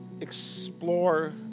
explore